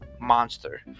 Monster